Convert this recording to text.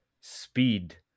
speed